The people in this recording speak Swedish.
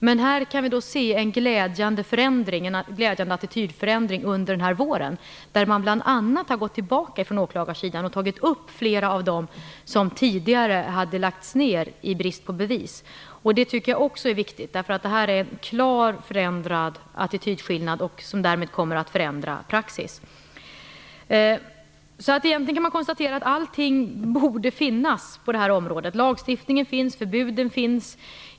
Men här kan vi se en glädjande attitydförändring under denna vår, då åklagarsidan bl.a. har gått tillbaka och tagit upp flera av de mål som tidigare hade lagts ned i brist på bevis. Det tycker jag också är viktigt, därför att detta är en klart förändrad attitydskillnad och som därmed kommer att förändra praxis. Egentligen kan man konstatera att allting borde finnas på detta område. Lagstiftningen finns och förbuden finns.